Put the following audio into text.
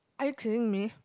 are you kidding me